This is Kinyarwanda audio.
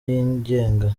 yigenga